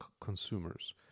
consumers